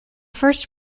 first